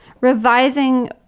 revising